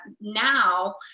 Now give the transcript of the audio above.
now